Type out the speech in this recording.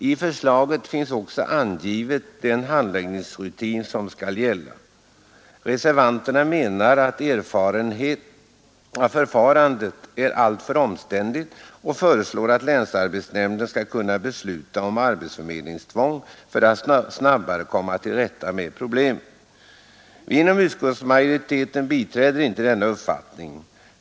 I förslaget finns också angiven den handläggningsrutin som skall gälla. Reservanterna menar att förfarandet är alltför omständligt och föreslår att länsarbetsnämnden skall kunna besluta om arbetsförmedlingstvång för att snabbare komma till rätta med problemet. Vi inom utskottsmajoriteten biträder inte denna uppfattning.